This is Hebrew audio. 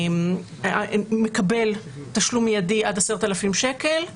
הוא מקבל תשלום מידי עד 10,000 שקל,